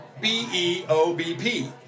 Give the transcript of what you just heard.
B-E-O-B-P